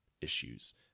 issues